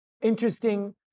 Interesting